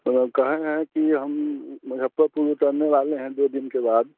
हम कहे हैं कि हम मुज़फ़्फ़रपुर उतरने वाले हैं दो दिन के बाद